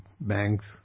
banks